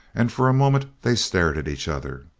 and for a moment they stared at each other.